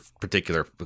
particular